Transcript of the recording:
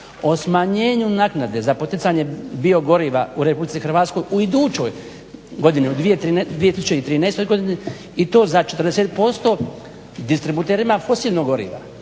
o smanjenju naknade za poticanje biogoriva u RH u idućoj godini u 2013. i to za 40% distributerima fosilnog goriva.